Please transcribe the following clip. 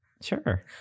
Sure